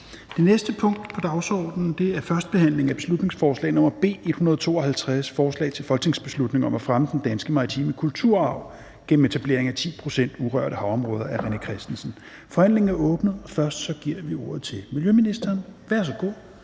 Det næste punkt på dagsordenen er: 17) 1. behandling af beslutningsforslag nr. B 152: Forslag til folketingsbeslutning om at fremme den danske maritime kulturarv gennem etablering af 10 pct. urørte havområder. Af René Christensen (DF) m.fl. (Fremsættelse 01.03.2022).